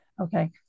Okay